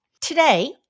Today